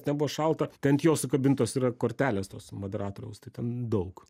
nebuvo šalta tai ant jo sukabintos yra kortelės tos moderatoriaus tai ten daug